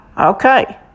Okay